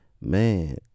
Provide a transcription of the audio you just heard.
man